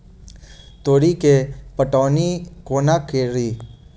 तोरी केँ पटौनी कोना कड़ी?